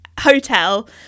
hotel